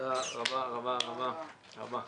תודה רבה רבה רבה רבה.